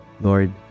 Lord